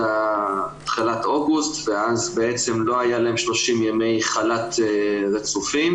חל"ת אוגוסט ואז בעצם לא היו להם 30 ימי חל"ת רצופים,